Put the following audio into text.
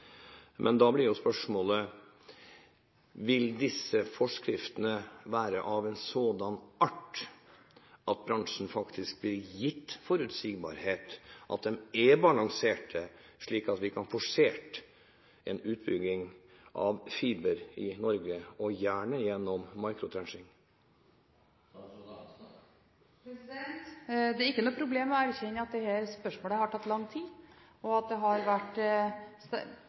Men da blir spørsmålet: Vil disse forskriftene være av en sådan art at bransjen faktisk blir gitt forutsigbarhet, og at forskriftene er balanserte, slik at vi kan få en forsert utbygging av fiber i Norge, gjerne gjennom «microtrenching»? Det er ikke noe problem å erkjenne at dette har tatt lang tid. Det har til dels vært sterke interesser som har stått mot hverandre, og det har vært